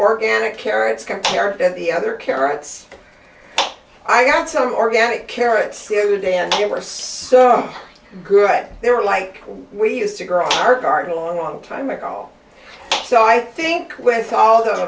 organic carrots comparative the other carrots i had some organic carrots seared and they were so good they were like we used to grow our garden a long long time ago so i think with all the